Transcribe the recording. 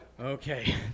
Okay